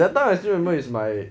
that time I still remember its my